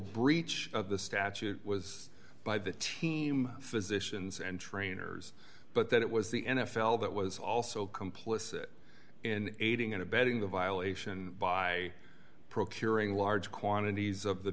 breach of the statute was by the team physicians and trainers but that it was the n f l that was also complicit in aiding and abetting the violation by procuring large quantities of the